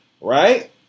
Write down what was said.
right